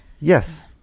Yes